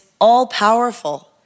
all-powerful